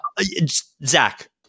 Zach